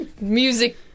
Music